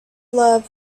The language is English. love